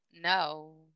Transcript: No